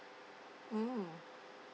mm